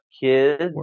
kids